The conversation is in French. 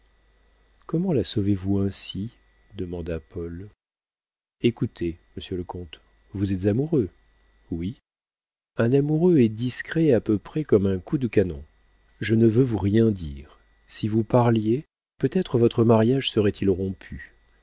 comment la sauvez-vous ainsi demanda paul écoutez monsieur le comte vous êtes amoureux oui un amoureux est discret à peu près comme un coup de canon je ne veux vous rien dire si vous parliez peut-être votre mariage serait-il rompu